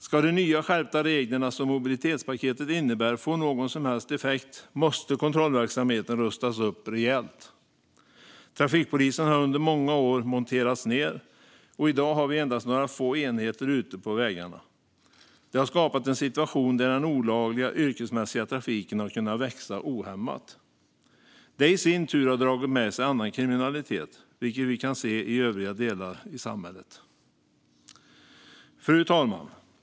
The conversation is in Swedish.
Ska de nya och skärpta regler som mobilitetspaketet innebär få någon som helst effekt måste kontrollverksamheten rustas upp rejält. Trafikpolisen har under många år monterats ned, och i dag har vi endast några få enheter ute på vägarna. Det har skapat en situation där den olagliga yrkesmässiga trafiken kunnat växa ohämmat. Det i sin tur har dragit med sig annan kriminalitet, vilket vi kan se i övriga delar i samhället. Fru talman!